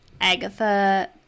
Agatha